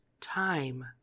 time